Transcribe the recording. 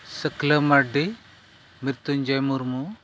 Sakila Mardi Mrityunjay Murmu